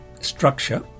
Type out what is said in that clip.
structure